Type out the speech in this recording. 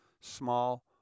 small